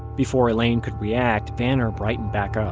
before elaine could react, vanner brightened back up,